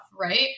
right